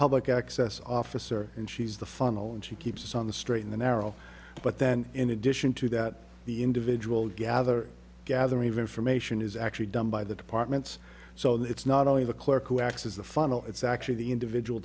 public access officer and she's the funnel and she keeps on the straight in the narrow but then in addition to that the individual gather gather information is actually done by the departments so that it's not only the clerk who acts as the funnel it's actually the individual